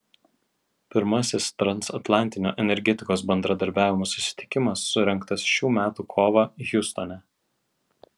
pirmasis transatlantinio energetikos bendradarbiavimo susitikimas surengtas šių metų kovą hjustone